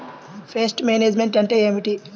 Pest management అంటే ఏమిటి?